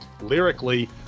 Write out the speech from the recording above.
lyrically